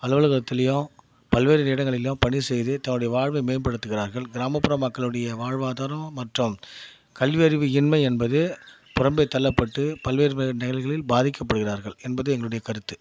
அலுவலகத்திலையும் பல்வேறு இடங்களிலும் பணி செய்து தங்களுடைய வாழ்வை மேம்படுத்துகிறார்கள் கிராமப்புற மக்களுடைய வாழ்வாதாரம் மற்றும் கல்வி அறிவு இன்மை என்பது புறம்பே தள்ளப்பட்டு பல்வேறு நிலைகளில் பாதிக்கப்படுகிறார்கள் என்பது எங்களுடைய கருத்து